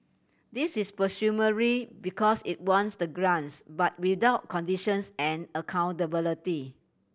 this is because it wants the grants but without conditions and accountability